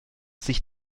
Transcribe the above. sich